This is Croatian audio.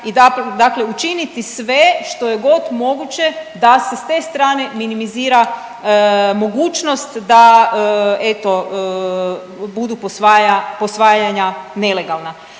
dakle učiniti sve što je god moguće da se s te strane minimizira mogućnost da eto budu posvaja, posvajanja nelegalna.